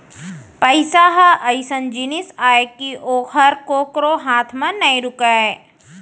पइसा ह अइसन जिनिस अय कि ओहर कोकरो हाथ म नइ रूकय